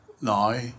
now